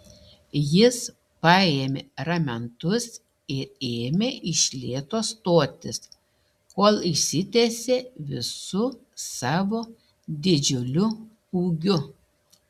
jis paėmė ramentus ir ėmė iš lėto stotis kol išsitiesė visu savo didžiuliu ūgiu